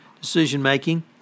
decision-making